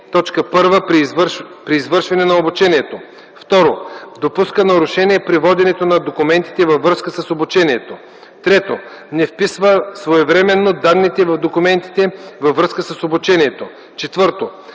1 при извършване на обучението; 2. допуска нарушение при воденето на документите във връзка с обучението; 3. не вписва своевременно данните в документите във връзка с обучението; 4.